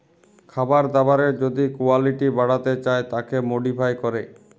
খাবার দাবারের যদি কুয়ালিটি বাড়াতে চায় তাকে মডিফাই ক্যরে